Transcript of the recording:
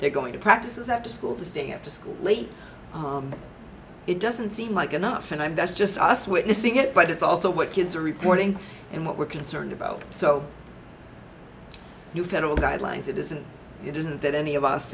they're going to practice after school to stay after school late it doesn't seem like enough and i'm that's just us witnessing it but it's also what kids are reporting and what we're concerned about so new federal guidelines it isn't it isn't that any of us